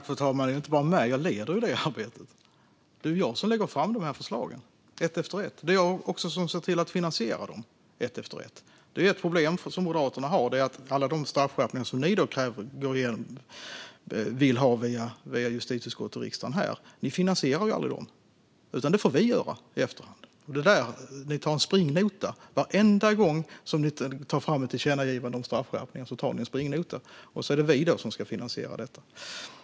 Fru talman! Jag är inte bara med - jag leder det arbetet. Det är jag som lägger fram dessa förslag, ett efter ett. Det är också jag som ser till att finansiera dem, ett efter ett. Ett problem som Moderaterna har är att ni aldrig finansierar alla de straffskärpningar som ni vill ha via justitieutskottet och riksdagen, utan det får vi göra i efterhand. Ni tar en springnota varenda gång ni tar fram ett tillkännagivande om straffskärpningar, och så är det vi som ska finansiera det.